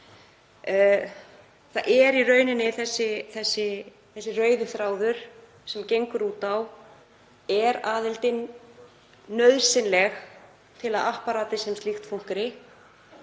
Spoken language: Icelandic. Það er í raun þessi rauði þráður sem gengur út á hvort aðildin sé nauðsynleg til að apparatið sem slíkt fúnkeri.